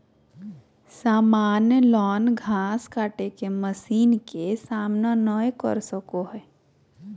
सामान्य लॉन घास काटे के मशीन के सामना नय कर सको हइ